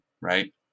right